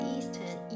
Eastern